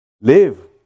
live